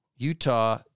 Utah